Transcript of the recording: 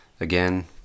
Again